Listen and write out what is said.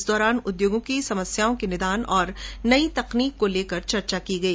इस दौरान उद्योगों की समस्याओं के निदान और नई तकनीक को लेकर चर्चा की गई